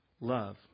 love